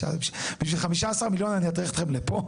בשביל 15 מיליון אני אטריח אתכם לפה?